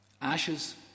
Ashes